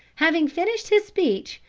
having finished his speech,